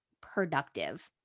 productive